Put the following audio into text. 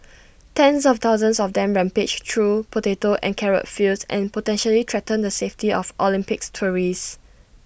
tens of thousands of them rampage through potato and carrot fields and potentially threaten the safety of Olympics tourists